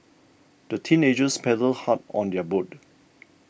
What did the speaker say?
the teenagers paddled hard on their boat